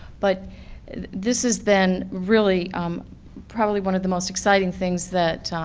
but this is then really probably one of the most exciting things that,